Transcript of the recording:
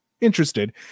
interested